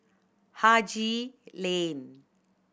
Haji Lane